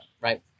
right